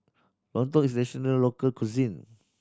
lontong is a traditional local cuisine